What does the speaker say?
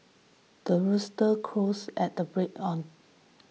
the rooster crows at the break on